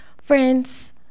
friends